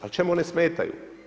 Ali, čemu one smetaju?